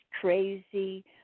crazy